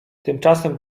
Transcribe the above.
tymczasem